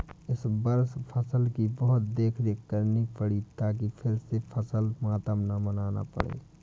इस वर्ष फसल की बहुत देखरेख करनी पड़ी ताकि फिर से फसल मातम न मनाना पड़े